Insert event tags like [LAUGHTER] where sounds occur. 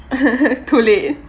[LAUGHS] too late